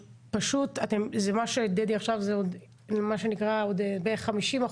מה שדדי אמר כאן זה בערך 50%,